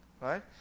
right